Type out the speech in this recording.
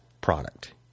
product